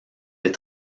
des